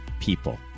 people